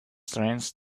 strength